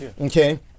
okay